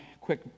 quick